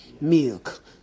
milk